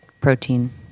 protein